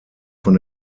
von